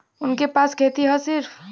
उनके पास खेती हैं सिर्फ